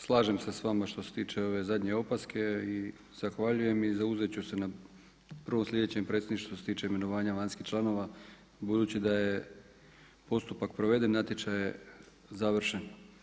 Slažem se sa vama što se tiče ove zadnje opaske i zahvaljujem i zauzet ću se na prvom slijedećem predstavništvu šta se tiče imenovanja vanjskih članova, budući da je postupak proveden, natječaj je završen.